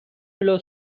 below